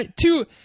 two